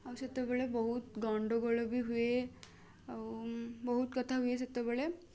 ଆଉ ସେତେବେଳେ ବହୁତ ଗଣ୍ଡଗୋଳ ବି ହୁଏ ଆଉ ବହୁତ କଥା ହୁଏ ସେତେବେଳେ